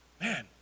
man